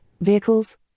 vehicles